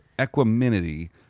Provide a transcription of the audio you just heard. equanimity